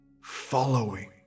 Following